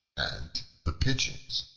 and the pigeons